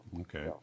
Okay